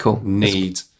need